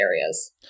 areas